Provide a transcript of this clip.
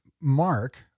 Mark